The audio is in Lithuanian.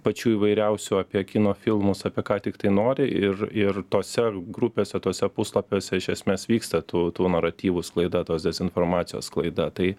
pačių įvairiausių apie kino filmus apie ką tiktai nori ir ir tose grupėse tuose puslapiuose iš esmės vyksta tų tų naratyvų sklaida tos dezinformacijos sklaida tai